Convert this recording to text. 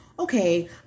okay